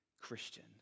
Christian